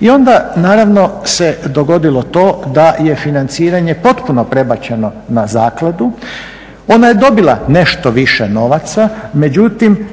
I onda naravno se dogodilo to da je financiranje potpuno prebačeno na zakladu. Ona je dobila nešto više novaca međutim